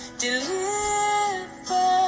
deliver